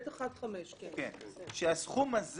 שהסכום הזה